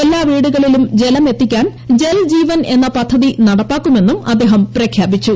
എല്ലാ വീടുകളിലും ജലം എത്തിക്കാൻ ജൽ ജീവൻ എന്ന പദ്ധതി നടപ്പാക്കുമെന്നും അദ്ദേഹം പ്രഖ്യാപിച്ചു